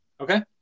Okay